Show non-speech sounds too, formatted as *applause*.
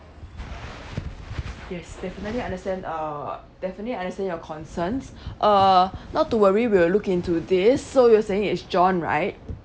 *noise* yes definitely understand uh definitely understand your concerns *breath* uh not to worry we'll look into this so you were saying it's john right